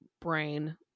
brain